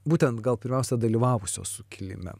būtent gal pirmiausia dalyvavusios sukilime